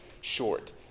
short